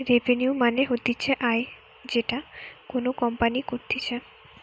revenue মানে হতিছে আয় যেটা কোনো কোম্পানি করতিছে